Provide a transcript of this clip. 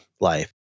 life